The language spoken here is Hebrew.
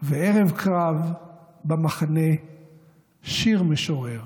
וערב / קרב במחנה שיר משורר."